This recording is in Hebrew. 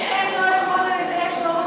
שאין "לא יכול" אלא יש "לא רוצה"?